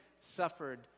suffered